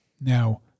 Now